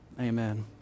amen